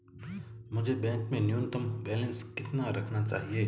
मुझे बैंक में न्यूनतम बैलेंस कितना रखना चाहिए?